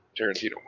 Tarantino